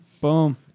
Boom